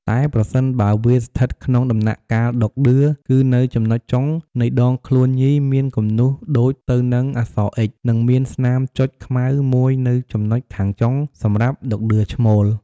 តែប្រសិនបើវាស្ថិតក្នុងដំណាក់កាលដក់ដឿគឺនៅចំណុចចុង នៃដងខ្លួនញីមានគំនូសដូចទៅនឹងអក្សរ «អ៊ិច» និងមានស្នាមចុចខ្មៅមួយនៅចំណុចខាងចុង សម្រាប់ដក់ដឿឈ្មោល។